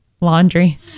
laundry